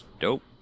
dope